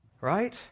right